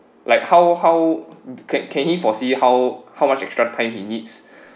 like how how ~ can he foresee how how much extra time he needs